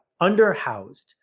underhoused